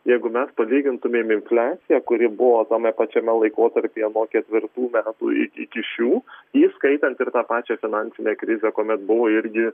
jeigu mes palygintumėm infliaciją kuri buvo tame pačiame laikotarpyje nuo ketvirtų metų iki šių įskaitant ir tą pačią finansinę krizę kuomet buvo irgi